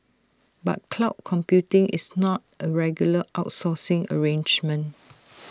but cloud computing is not A regular outsourcing arrangement